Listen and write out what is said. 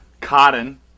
Cotton